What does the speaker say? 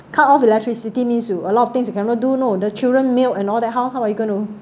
cut off electricity means you a lot of things you cannot do you know the children milk and all that how how are you going to